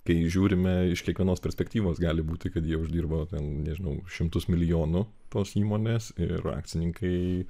kai žiūrime iš kiekvienos perspektyvos gali būti kad jie uždirba ten nežinau šimtus milijonų tos įmonės ir akcininkai